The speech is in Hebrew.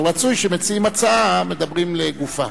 אבל רצוי שמציעים מציעים, מדברים לגופה.